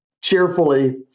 cheerfully